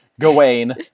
Gawain